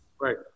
Right